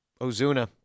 Ozuna